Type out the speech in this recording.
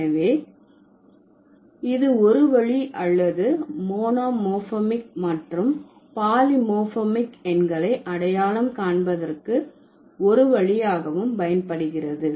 எனவே இது ஒரு வழி அல்லது மோனோமோர்பிமிக் மற்றும் பாலிமோர்பிமிக் எண்களை அடையாளம் காண்பதற்கு ஒரு வழியாகவும் பயன்படுகிறது